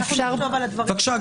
בבקשה,